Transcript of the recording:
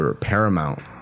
paramount